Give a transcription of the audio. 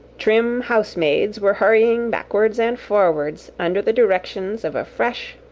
trim house-maids were hurrying backwards and forwards under the directions of a fresh,